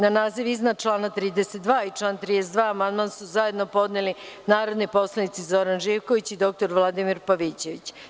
Na naziv iznadčlana 32. i član 32. amandman su zajedno podneli narodni poslanici Zoran Živković i dr Vladimir Pavićević.